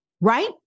right